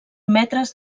metres